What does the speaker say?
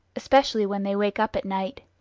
especially when they wake up at night.